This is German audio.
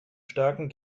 starken